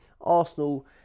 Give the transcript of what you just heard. Arsenal